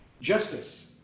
Justice